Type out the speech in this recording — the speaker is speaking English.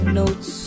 notes